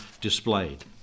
displayed